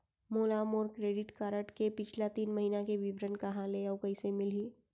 मोला मोर credit card के पिछला तीन महीना के विवरण कहाँ ले अऊ कइसे मिलही?